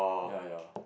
ya ya lor